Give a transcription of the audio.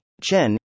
Chen